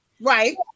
right